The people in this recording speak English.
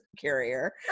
carrier